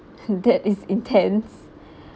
that is intense